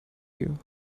you